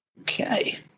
Okay